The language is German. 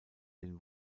den